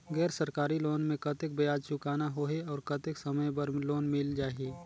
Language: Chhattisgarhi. गैर सरकारी लोन मे कतेक ब्याज चुकाना होही और कतेक समय बर लोन मिल जाहि?